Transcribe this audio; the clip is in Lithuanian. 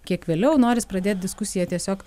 kiek vėliau noris pradėt diskusiją tiesiog